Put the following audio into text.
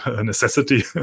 necessity